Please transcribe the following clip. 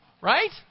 right